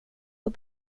och